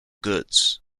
goods